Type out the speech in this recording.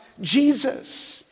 Jesus